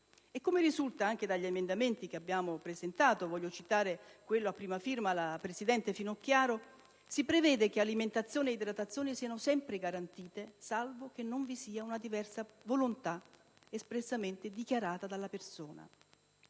Come risulta anche dagli emendamenti che abbiamo presentato - voglio citare i particolare quello di cui è prima firmataria la senatrice Finocchiaro - si prevede che alimentazione e idratazione siano sempre garantite, salvo che non vi sia una diversa volontà espressamente dichiarata dalla persona.